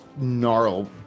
gnarled